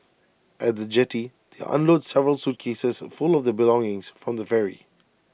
at the jetty they unload several suitcases full of their belongings from the ferry